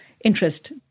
interest